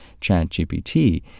ChatGPT